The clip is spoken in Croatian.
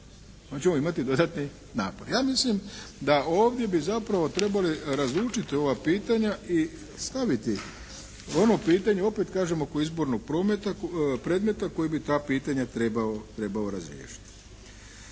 Onda ćemo imati dodatni napor. Ja mislim da ovdje bi zapravo trebali razlučiti ova pitanja i staviti ono pitanje opet kažem oko izbornog predmeta koji bi ta pitanja trebao razriješiti.